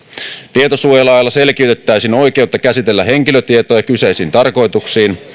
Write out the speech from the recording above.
tietosuojalailla selkiytettäisiin oikeutta käsitellä henkilötietoja kyseisiin tarkoituksiin